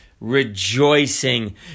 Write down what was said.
Rejoicing